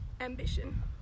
ambition